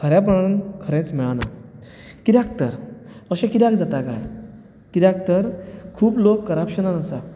खरेपणान खरेंच मेळना कित्याक तर अशें कित्याक जाता काय कित्याक तर खूब लोक करापशनांत आसा